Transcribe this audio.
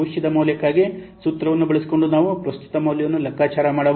ಭವಿಷ್ಯದ ಮೌಲ್ಯಕ್ಕಾಗಿ ಸೂತ್ರವನ್ನು ಬಳಸಿಕೊಂಡು ನಾವು ಪ್ರಸ್ತುತ ಮೌಲ್ಯವನ್ನು ಲೆಕ್ಕಾಚಾರ ಮಾಡಬಹುದು